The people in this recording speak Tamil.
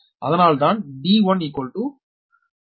அதனால்தான் d 1 9